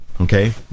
Okay